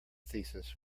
thesis